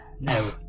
no